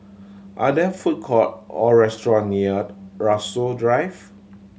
are there food court or restaurant near Rasok Drive